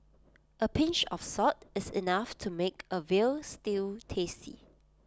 A pinch of salt is enough to make A Veal Stew tasty